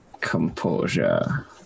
composure